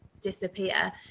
disappear